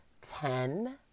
ten